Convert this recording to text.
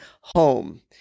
Home